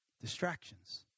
Distractions